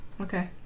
Okay